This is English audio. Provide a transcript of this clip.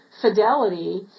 fidelity